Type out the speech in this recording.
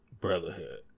Brotherhood